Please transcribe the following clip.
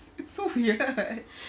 it's it's so weird